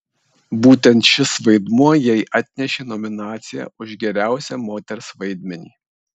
būtent šis vaidmuo jai atnešė nominaciją už geriausią moters vaidmenį